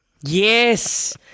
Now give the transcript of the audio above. Yes